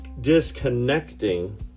disconnecting